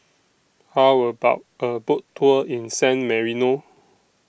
How about A Boat Tour in San Marino